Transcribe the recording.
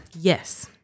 Yes